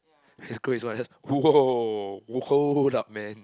he's craze one just !woah! !woah! hold up man